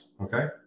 okay